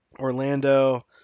Orlando